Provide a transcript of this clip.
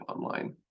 online